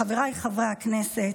חבריי חברי הכנסת,